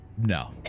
No